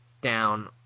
down